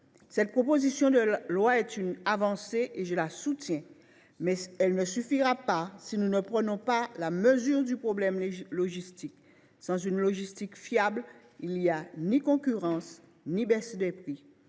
Cette proposition de loi est une avancée et je la soutiens, mais elle ne suffira pas si nous ne prenons pas la mesure du problème logistique. Sans une logistique fiable, il n’y a ni concurrence ni baisse des prix.